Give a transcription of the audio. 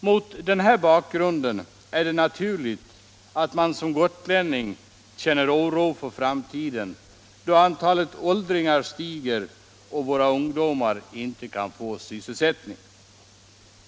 Mot den här bakgrunden är det naturligt att man som gotlänning känner oro för framtiden, då antalet åldringar stiger och våra ungdomar inte kan få någon sysselsättning.